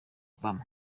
obama